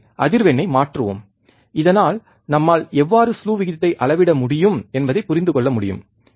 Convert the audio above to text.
எனவே அதிர்வெண்ணை மாற்றுவோம் இதனால் நம்மால் எவ்வாறு ஸ்லூ விகிதத்தை அளவிட முடியும் என்பதைப் புரிந்துக்கொள்ள முடியும்